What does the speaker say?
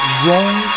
wrong